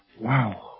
Wow